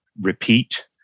repeat